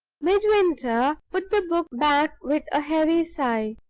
midwinter put the book back with a heavy sigh,